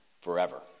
forever